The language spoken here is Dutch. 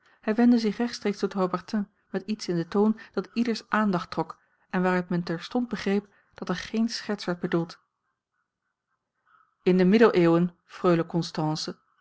hij wendde zich rechtstreeks tot haubertin met iets in den toon dat ieders aandacht trok en waaruit men terstond begreep dat er geen scherts werd bedoeld in de middeleeuwen freule constance